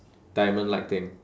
diamond like thing